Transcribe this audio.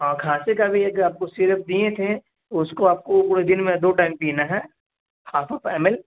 ہاں کھانسی کا بھی ایک آپ کو سیرپ دیے تھے اس کو آپ کو پورے دن میں دو ٹائم پینا ہے ہاف آف ایم ایل